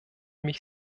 mich